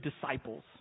disciples